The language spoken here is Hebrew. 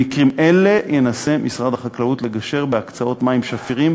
במקרים אלה ינסה משרד החקלאות לגשר בהקצאות מים שפירים